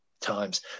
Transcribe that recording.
times